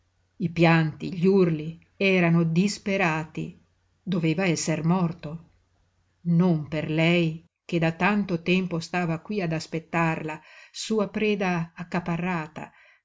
i pianti gli urli erano disperati doveva esser morto non per lei che da tanto tempo stava qui ad aspettarla sua preda accaparrata